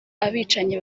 abicanyi